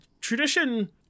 tradition